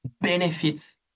benefits